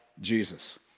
Jesus